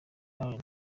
allen